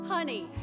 Honey